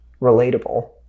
relatable